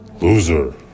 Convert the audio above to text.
loser